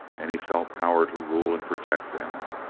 and he felt power to rule and protect them.